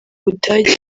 budage